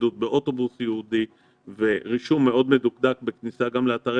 התניידות באוטובוס ייעודי ורישום מאוד מדוקדק בכניסה גם לאתרי